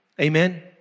Amen